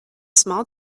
small